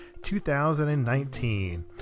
2019